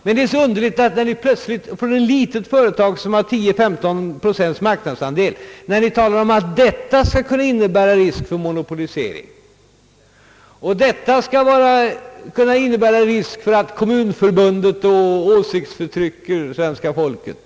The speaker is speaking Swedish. Men det är underligt att ni anser att ett litet företag med 10—15 procents marknadsandel skulle kunna innebära risk för att Kommunförbundet tillsammans med staten och KF skall utöva åsiktsförtryck mot svenska folket.